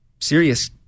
serious